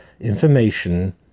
information